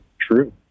True